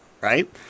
Right